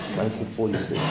1946